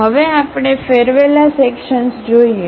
હવે આપણે ફેરવેલા સેક્શન્સ જોઈએ